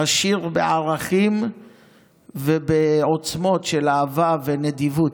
עשיר בערכים ובעוצמות של אהבה ונדיבות.